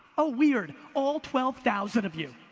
oh, weird. all twelve thousand of you.